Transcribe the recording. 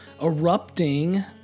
erupting